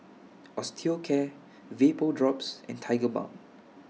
Osteocare Vapodrops and Tigerbalm